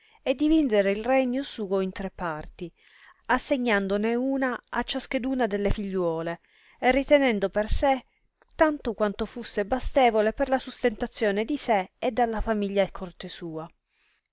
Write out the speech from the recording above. e dividere il regno suo in tre parti assegnandone una a ciascheduna delle figliuole e ritenendo per sé tanto quanto fusse bastevole per la sustentazione e di sé e della famiglia e corte sua